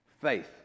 faith